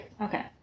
okay